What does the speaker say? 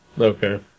Okay